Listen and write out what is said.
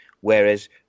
whereas